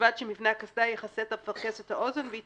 "ובלבד שמבנה הקסדה יכסה את אפרכסת האוזן והיא